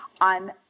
on